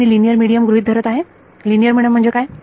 तर मी linear medium गृहीत धरत आहे लिनियर मिडीयम म्हणजे काय